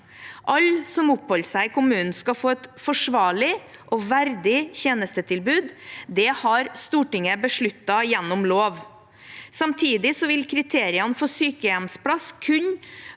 Alle som oppholder seg i kommunen skal få et forsvarlig og verdig tjenestetilbud, det har Stortinget besluttet gjennom lov. Samtidig vil kriteriene for sykehjemsplass kunne